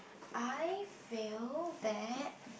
I feel that